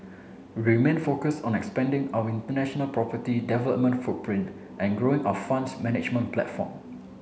remain focus on expanding our international property development footprint and growing our funds management platform